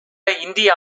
இந்திய